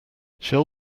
shall